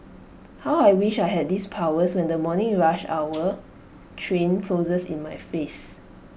how I wish I had these powers when the morning rush hour train closes in my face